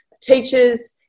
teachers